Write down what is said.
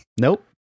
Nope